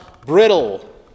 brittle